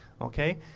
Okay